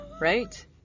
Right